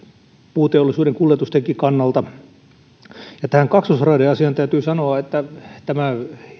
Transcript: puuteollisuuden kuljetustenkin kannalta ja tähän kaksoisraideasiaan täytyy sanoa että tämä